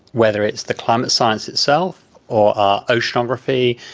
whether it's the climate science itself our oceanography,